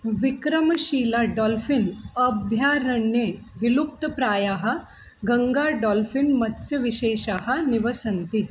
Vikramshila dolphin अभयारण्ये विलुप्तप्रायः Ganga dolphin मत्स्यविशेषाः निवसन्ति